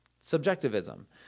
subjectivism